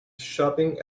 shopping